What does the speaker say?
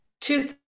two